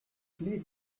clefs